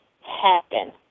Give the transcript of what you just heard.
happen